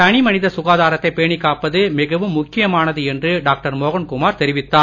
தனி மனித சுகாதாரத்தை பேணிக் காப்பது மிகவும் முக்கியமானது என்று டாக்டர் மோகன்குமார் தெரிவித்தார்